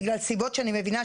בגלל סיבות שאני מבינה,